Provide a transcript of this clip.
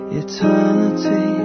eternity